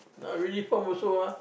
not really firm also ah